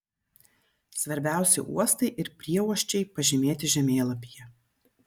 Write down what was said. svarbiausi uostai ir prieuosčiai pažymėti žemėlapyje